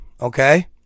okay